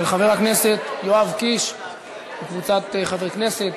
של חבר הכנסת יואב קיש וקבוצת חברי הכנסת.